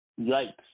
Yikes